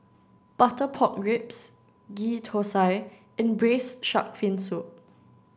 Butter Pork Ribs Ghee Thosai and Braised Shark Fin Soup